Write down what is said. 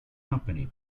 company